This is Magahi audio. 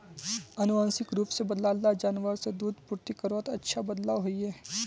आनुवांशिक रूप से बद्लाल ला जानवर से दूध पूर्ति करवात अच्छा बदलाव होइए